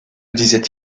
disait